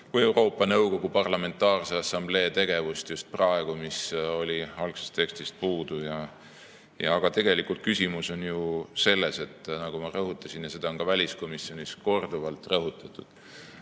või Euroopa Nõukogu Parlamentaarse Assamblee tegevust just praegu, olid algsest tekstist puudu. Aga tegelikult on küsimus ju selles, nagu ma rõhutasin – ja seda on ka väliskomisjonis korduvalt rõhutatud